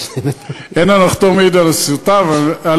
אין הנחתום מעיד על עיסתו,